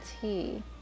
tea